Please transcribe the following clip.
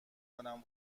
کنم